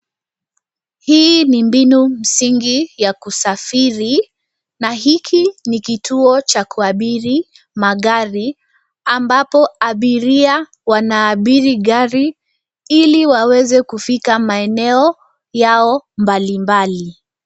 Hii ni mbinu msingi ya kusafiri na hiki ni kituo cha kuabiri magari, ambapo abiria wanaabiri gari, ili waweze kufika maeneo yao mbalimbali.